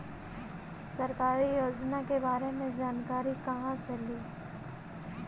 सरकारी योजना के बारे मे जानकारी कहा से ली?